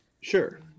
Sure